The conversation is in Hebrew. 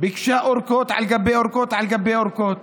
וביקשה ארכות על גבי ארכות על גבי ארכות.